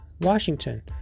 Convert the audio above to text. Washington